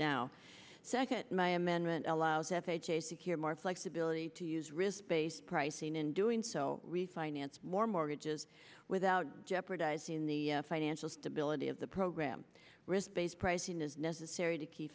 now second my amendment allows f h a secure more flexibility to use risk based pricing in doing so refinance more mortgages without jeopardizing the financial stability of the program risk based pricing is necessary to keep